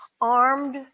armed